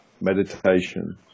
meditation